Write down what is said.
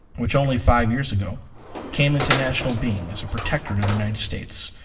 which only five years ago came into national being as a protectorate of the united states.